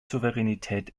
souveränität